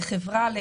לחברה?